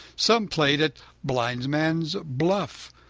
some played at blindman's buff,